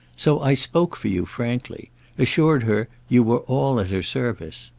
so i spoke for you frankly assured her you were all at her service.